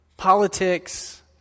politics